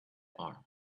arm